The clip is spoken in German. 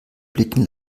blicken